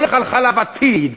הולך על חלב "עתיד",